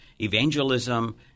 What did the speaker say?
evangelism